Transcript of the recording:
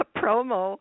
promo